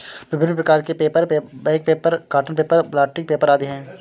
विभिन्न प्रकार के paper, bank paper, cotton paper, blotting paper आदि हैं